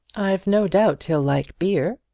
i've no doubt he'll like beer,